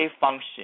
function